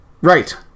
Right